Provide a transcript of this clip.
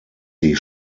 sie